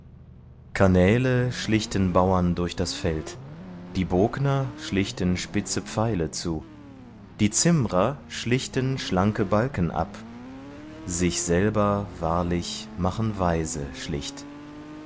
kanäle schlichten bauern durch das feld die bogner schlichten spitze pfeile zu die zimmrer schlichten schlanke balken ab sich selber wahrlich machen weise schlicht